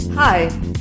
Hi